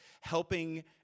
helping